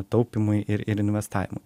taupymui ir ir investavimui